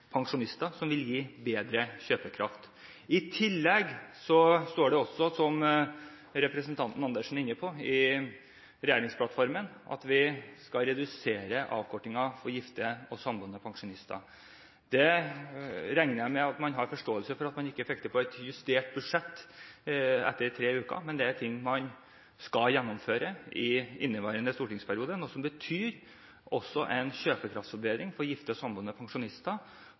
som vil gi bedre kjøpekraft. I tillegg står det også i regjeringsplattformen, som representanten Andersen er inne på, at vi skal redusere avkortingen for gifte og samboende pensjonister. Jeg regner med forståelse for at man ikke fikk til det på et justert budsjett etter tre uker, men dette er ting man skal gjennomføre i inneværende stortingsperiode, og som betyr en kjøpekraftsforbedring for gifte og samboende pensjonister